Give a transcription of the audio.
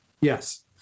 Yes